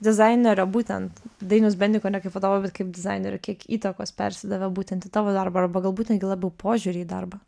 dizainerio būtent dainiaus bendiko ne kaip vadovo bet kaip dizainerio kiek įtakos persidavė būtent į tavo darbą arba galbūt netgi labiau požiūrį į darbą